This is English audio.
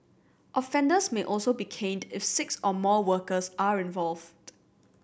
offenders may also be caned if six or more workers are involved